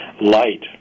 light